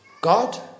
God